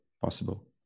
possible